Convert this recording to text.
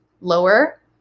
lower